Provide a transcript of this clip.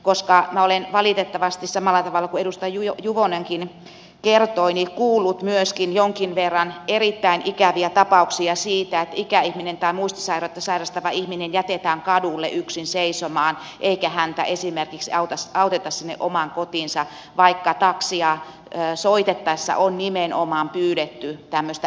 minä olen valitettavasti samalla tavalla kuin edustaja juvonenkin kertoi kuullut myöskin jonkin verran erittäin ikäviä tapauksia siitä että ikäihminen tai muistisairautta sairastava ihminen jätetään kadulle yksin seisomaan eikä häntä esimerkiksi auteta sinne omaan kotiinsa vaikka taksia soitettaessa on nimenomaan pyydetty tämmöistä erityishuomiota